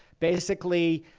basically,